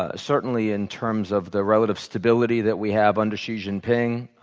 ah certainly in terms of the relative stability that we have under xi jinping,